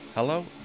Hello